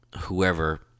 whoever